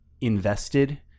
invested